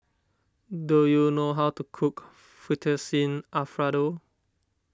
do you know how to cook Fettuccine Alfredo